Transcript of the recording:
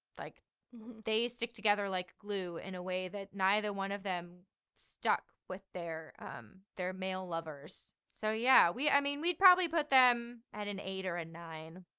like they stick together like glue in a way that neither one of them stuck with their um their male lovers so yeah, we, i mean, we'd probably put them at an eight or a nine.